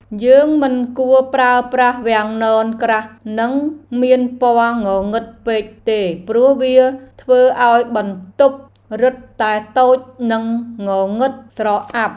យើងមិនគួរប្រើប្រាស់វាំងននក្រាស់និងមានពណ៌ងងឹតពេកទេព្រោះវាធ្វើឱ្យបន្ទប់រឹតតែតូចនិងងងឹតស្រអាប់។